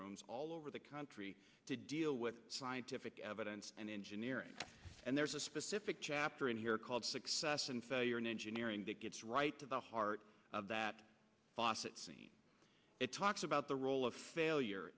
rooms all over the country to deal with scientific evidence and engineering and there's a specific chapter in here called success and failure in engineering that gets right to the heart of that faucets and it talks about the role of failure